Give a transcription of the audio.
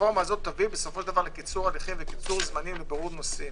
הרפורמה הזאת תביא לקיצור הליכים ולקיצור זמנים לבירור נושאים.